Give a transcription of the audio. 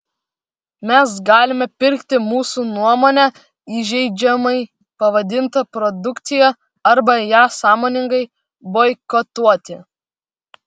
mes galime pirkti mūsų nuomone įžeidžiamai pavadintą produkciją arba ją sąmoningai boikotuoti